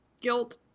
guilt